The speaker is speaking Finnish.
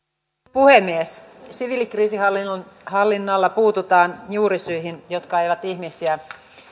puhemies siviilikriisinhallinnalla puututaan juurisyihin jotka ajavat ihmisiä